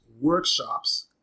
workshops